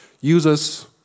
users